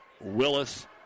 Willis